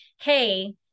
Hey